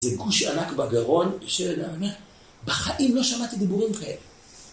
זה גוש ענק בגרון, שאני אומר, בחיים לא שמעתי דיבורים כאלה.